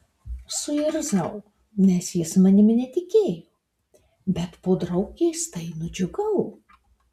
suirzau nes jis manimi netikėjo bet podraug keistai nudžiugau